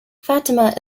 fatima